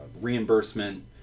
reimbursement